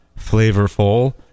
flavorful